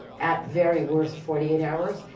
at very worst forty eight hours.